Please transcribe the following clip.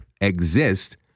exist